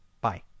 Bye